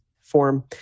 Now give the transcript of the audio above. form